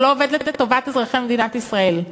זה לא עובד לטובת אזרחי מדינת ישראל.